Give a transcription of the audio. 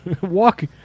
Walk